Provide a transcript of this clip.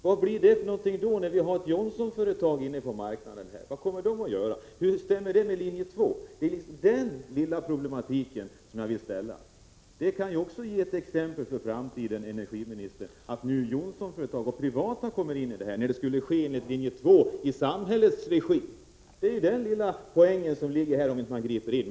Hur blir det när vi nu har ett Johnsonföretag inne på marknaden? Vad kommer det företaget att göra? Hur stämmer denna utveckling med linje 2:s uttalanden? Det är denna lilla problematik som jag vill ställa Birgitta Dahl inför. Det kan ju vara ett exempel för framtiden, energiministern, att ett Johnsonföretag — privata intressen — kommer in i bilden när utvecklandet, enligt linje 2, skulle ske i samhällets regi. Min poäng är att det blir på detta sätt, om inte regeringen griper in.